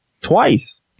twice